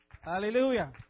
Hallelujah